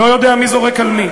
לא יודע מי זורק על מי.